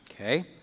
Okay